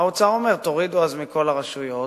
האוצר אומר: אז תורידו מכל הרשויות,